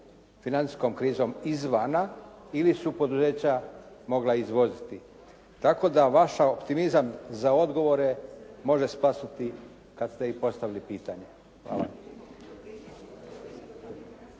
financijskom krizom izvana ili su poduzeća mogla izvoziti. Tako da vaš optimizam za odgovore može spasiti kad ste i postavili pitanje.